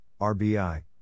RBI